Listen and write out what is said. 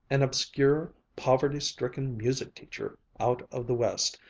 an obscure, poverty-stricken music-teacher out of the west,